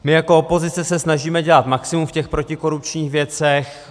My jako opozice se snažíme dělat maximum v těch protikorupčních věcech.